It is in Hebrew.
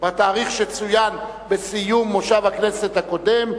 שצוין בסיום מושב הכנסת הקודם.